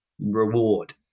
reward